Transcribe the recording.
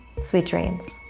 sweet dreams.